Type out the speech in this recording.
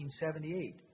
1978